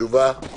תשובה בבקשה.